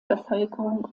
bevölkerung